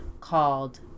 called